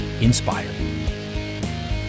inspired